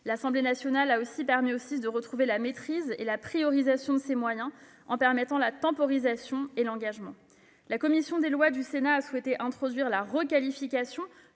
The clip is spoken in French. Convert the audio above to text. L'Assemblée nationale a aussi permis aux SIS de retrouver la maîtrise et la hiérarchisation de leurs moyens en permettant la temporisation de l'engagement. La commission des lois du Sénat a souhaité introduire la requalification.